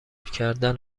کردن